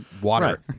water